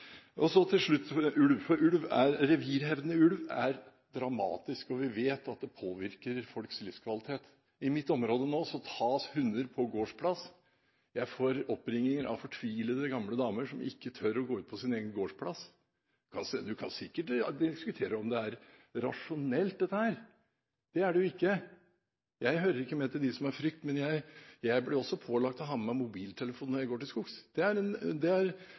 Så til slutt til ulv. Revirhevdende ulv er dramatisk, og vi vet at det påvirker folks livskvalitet. I mitt område nå tas hunder på gårdsplassen. Jeg får oppringinger av fortvilte gamle damer som ikke tør å gå ut på sin egen gårdsplass. Man kan sikkert diskutere om dette er rasjonelt. Det er det jo ikke. Jeg hører ikke med til dem som har frykt, men jeg blir også pålagt å ha med meg mobiltelefonen når jeg går til skogs. Når kona pålegger meg å ha med mobiltelefon, er det en